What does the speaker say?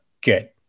good